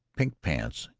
pink pants,